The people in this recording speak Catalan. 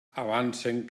avancen